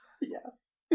Yes